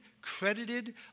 credited